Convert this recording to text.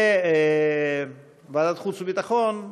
ועדת החוץ והביטחון,